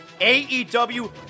AEW